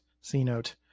C-Note